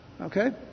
Okay